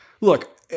Look